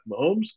Mahomes